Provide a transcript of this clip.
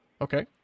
Okay